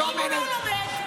אם הוא לא לומד?